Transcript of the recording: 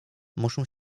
muszą